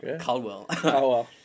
Caldwell